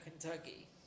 Kentucky